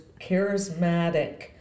charismatic